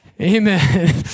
Amen